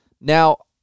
Now